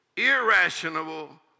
Irrational